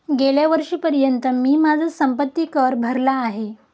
गेल्या वर्षीपर्यंत मी माझा संपत्ति कर भरला आहे